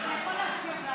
תמה ההצבעה.